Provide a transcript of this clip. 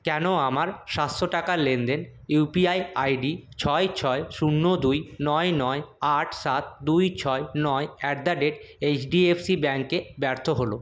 কেন আমার সাতশো টাকার লেনদেন U P I I D ছয় ছয় শূন্য দুই নয় নয় আট সাত দুই ছয় নয় at the rate H D F C ব্যাংকে ব্যর্থ হল